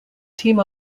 team